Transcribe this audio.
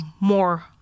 more